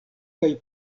kaj